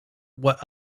what